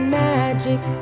magic